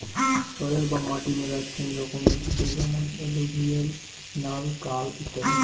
soil বা মাটি মেলাচ্ছেন রকমের হসে যেমন এলুভিয়াল, নাল, কাল ইত্যাদি